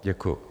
Děkuju.